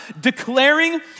declaring